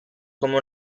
come